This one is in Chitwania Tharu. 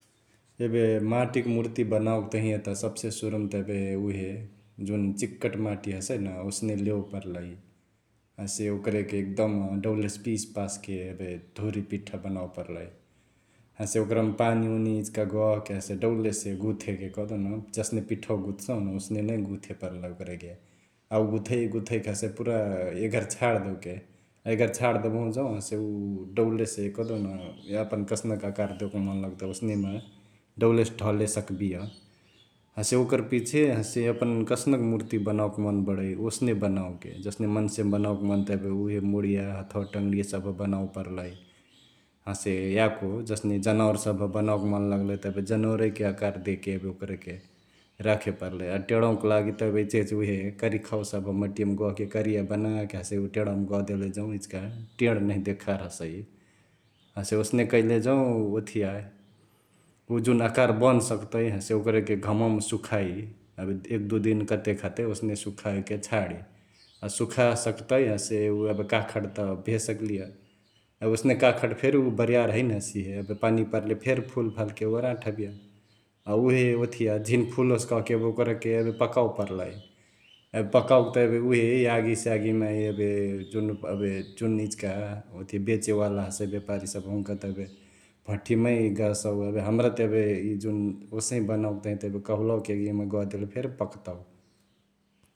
एबे माटिक मुर्ती बनओके तहिया त सबसे सुरुमा त एबे उहे जुन चिकट माटी हसै न ओसने लेवे परलई । हसे ओकरके एकदम डौलेसे पिसपासके एबे धुरी पिठा बनावे परलई । हसे ओकरमा पानीओनी इचिका गहके हसे डौलेसे गुथेके कहदेउन जसने पिठवा गुथसहु न ओसने नै गुथे परलई ओकरके । अ उ गुथैगुथैक हसे पुरा एघर छाड देओके एघरी छाड देबहु जौं हसे उ डौलेसे कहदेउन यापन कसनक आकार देओके मन लगतई ओसनेमा डौलेसे ढले सक्बिय । हसे ओकर पिछे हसे यापन कसनक मुर्ती बनओके मन बडै ओसने बनओके जसने मन्से बनओके मन त उहे मुडिया, हथवा टङ्डिया सभ बनवे परलई । हसे यको जसने जनावर सभ बनओके मन लग्लई त एबे जनवरैक आकर देके एबे ओकरेके राखे परलई । अ टेंणवा क लागी त एबे इचिहिच उहे कारीखावा सभ मटिया गहके कारीया बनाके हसे उ टेंणवामा गहदेले जौं इचिका टेंण नहिया देखार हसई । हसे ओसने कैले जौं ओथिया उ जुन आकर बन सक्तई हसे ओकरके घमवा सुखाइ एबे एक दुइ दिन कतेक हतई ओसने सुखाके छाडी । हसे सुखा सक्तई हसे उ एबे काखट त भे सक्लिय अ ओसने काखट फेरी बर्यार हैने हसेहे पनिया पर्ले फेरी फुल फाल्के ओराट हबिय । अ उहे ओथिया झिन फुलोस कहके एबे ओकरके एबे पकवे परलई । एबे पकओके त एबे उहे यागी सागी मा एबे जुन एबे जुन इचिका ओथिया बेचेवाला हसै ब्यापरी सभ हुन्का त एबे भट्टी मै गहसउ एबे हमरा त एबे इ जुन ओसही बनओके तहिया त एबे कहुलवाक यागिया गह देले फेरी पकतउ ।